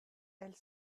elles